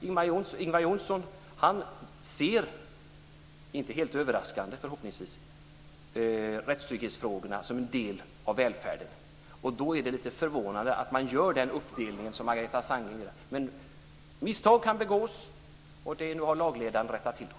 Ingvar Johnsson ser, förhoppningsvis inte helt överraskande, rättstrygghetsfrågorna som en del av välfärden. Det kan jag glädjas åt. Det är förvånande att man gör den uppdelning som Margareta Sandgren gjorde. Misstag kan begås. Nu har lagledaren rättat till dem.